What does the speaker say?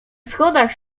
schodach